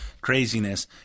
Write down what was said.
craziness